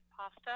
pasta